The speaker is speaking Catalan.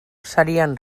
serien